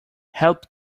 help